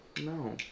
No